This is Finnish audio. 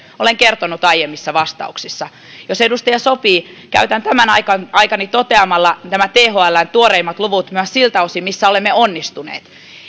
olen kertonut aiemmissa vastauksissa jos edustaja sopii käytän tämän aikani aikani toteamalla thln tuoreimmat luvut myös siltä osin missä olemme onnistuneet